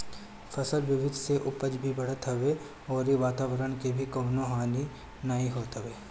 फसल विविधता से उपज भी बढ़त हवे अउरी वातवरण के भी कवनो हानि नाइ होत हवे